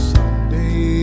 Someday